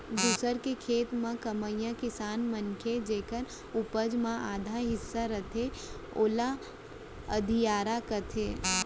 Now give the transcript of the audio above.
दूसर के खेत ल कमइया किसान मनखे जेकर उपज म आधा हिस्सा रथे ओला अधियारा कथें